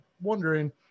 wondering